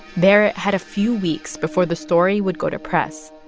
barrett had a few weeks before the story would go to press.